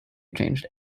changed